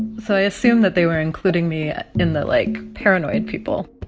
so i assume that they were including me in the, like, paranoid people.